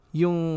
yung